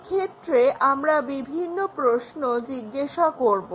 এক্ষেত্রে আমরা বিভিন্ন প্রশ্ন জিজ্ঞাসা করব